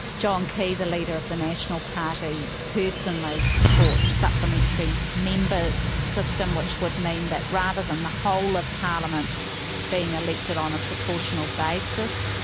john key, the leader of the national party personally supports supplementary member system which would mean that rather than the whole of parliament being elected on a proportional basis,